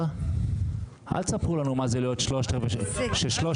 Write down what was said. תעסוקה ולימודים גם לנצרכים, לא רק